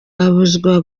abuzwa